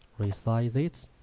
resize it